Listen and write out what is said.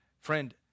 friend